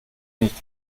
nicht